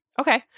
Okay